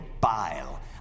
bile